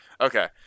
okay